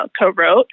co-wrote